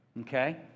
Okay